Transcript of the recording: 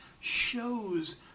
shows